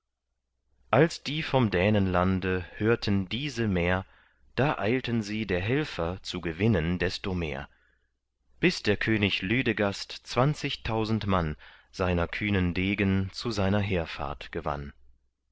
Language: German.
als die vom dänenlande hörten diese mär da eilten sie der helfer zu gewinnen desto mehr bis der könig lüdegast zwanzigtausend mann seiner kühnen degen zu seiner heerfahrt gewann